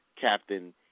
Captain